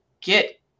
get